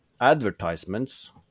advertisements